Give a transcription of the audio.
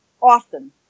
often